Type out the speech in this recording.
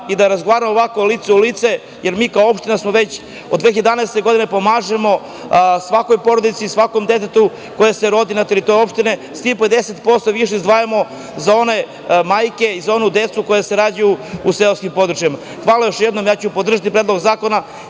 i da razgovaramo lice u lice, jer mi kao opština smo već od 2012. godine pomažemo svakoj porodici, svakom detetu koje se rodi na teritoriji opštine, 50% više izdvajamo za one majke i za onu decu koja se rađaju u seoskim područjima. Hvala još jednom. Podržaću predlog zakona